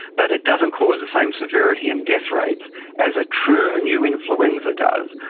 but it doesn't cause the same severity and death rates as a true new influenza does,